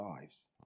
lives